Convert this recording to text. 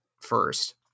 first